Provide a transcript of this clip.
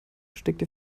steckte